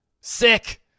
Sick